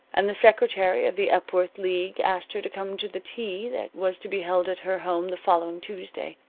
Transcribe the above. and the secretary of the epworth league asked her to come to the tea that was to be held at her home the following tuesday.